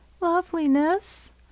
Loveliness